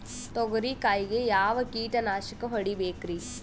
ತೊಗರಿ ಕಾಯಿಗೆ ಯಾವ ಕೀಟನಾಶಕ ಹೊಡಿಬೇಕರಿ?